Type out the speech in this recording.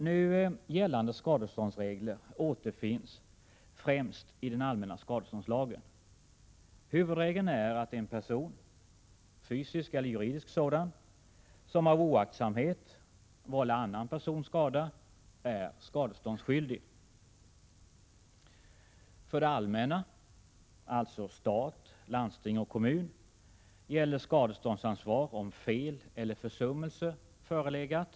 Nu gällande skadeståndsregler återfinns främst i den allmänna skadeståndslagen. Huvudregeln är att en person, fysisk eller juridisk, som av oaktsamhet vållar annan person skada är skadeståndsskyldig. För det allmänna, dvs. stat, landsting och kommun, gäller skadeståndsansvar om fel eller försummelse förelegat.